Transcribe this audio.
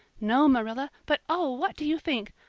no, marilla, but oh, what do you think?